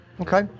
Okay